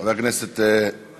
חבר הכנסת,